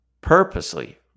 purposely